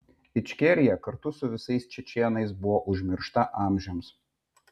ičkerija kartu su visais čečėnais buvo užmiršta amžiams